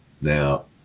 Now